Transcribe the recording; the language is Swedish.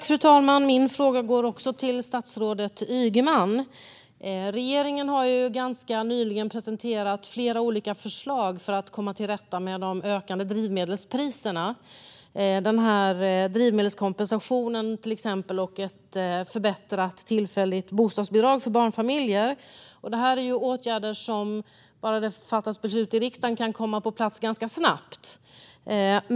Fru talman! Min fråga går också till statsrådet Ygeman. Regeringen har nyligen presenterat flera olika förslag för att komma till rätta med de ökande drivmedelspriserna, till exempel drivmedelskompensationen och ett förbättrat tillfälligt bostadsbidrag för barnfamiljer. Det är åtgärder som eftersom de beslutas i riksdagen kan komma på plats ganska snabbt.